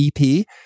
EP